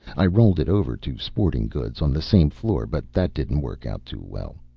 i rolled it over to sporting goods on the same floor, but that didn't work out too well.